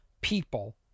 people